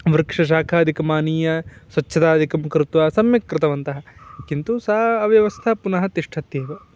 वृक्षशाखादिकमानीय स्वच्छतादिकं कृत्वा सम्यक् कृतवन्तः किन्तु सा अव्यवस्था पुनः तिष्ठत्येव